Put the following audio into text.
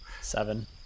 Seven